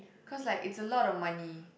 cause like it's a lot of money